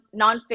nonfiction